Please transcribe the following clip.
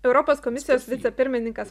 europos komisijos vicepirmininkas